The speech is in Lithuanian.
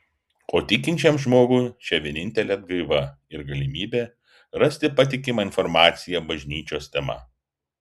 o tikinčiam žmogui čia vienintelė atgaiva ir galimybė rasti patikimą informaciją bažnyčios tema